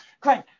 Great